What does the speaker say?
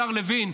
השר לוין,